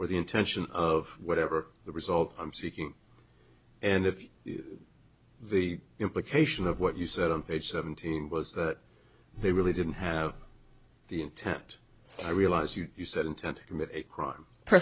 or the intention of whatever the result i'm seeking and if the implication of what you said on page seventeen was that they really didn't have the intent i realize you said intent crime p